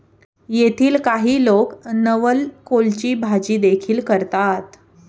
येथील काही लोक नवलकोलची भाजीदेखील करतात